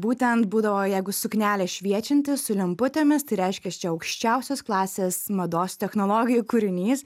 būtent būdavo jeigu suknelė šviečianti su lemputėmis tai reiškias čia aukščiausios klasės mados technologijų kūrinys